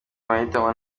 mahitamo